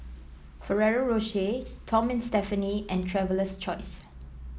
Ferrero Rocher Tom and Stephanie and Traveler's Choice